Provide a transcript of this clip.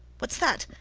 whats that?